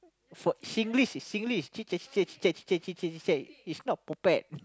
for Singlish is Singlish chit-chat chit-chat chit-chat chit-chat chit-chat it's not potpet